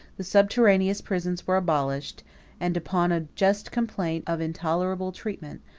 the subterraneous prisons were abolished and, upon a just complaint of intolerable treatment,